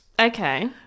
Okay